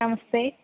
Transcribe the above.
नमस्ते